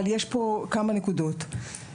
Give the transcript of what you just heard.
יש כמה נקודות: